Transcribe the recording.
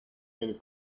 and